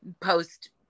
post